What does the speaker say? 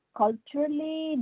culturally